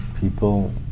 people